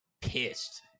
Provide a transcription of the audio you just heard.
pissed